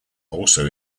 also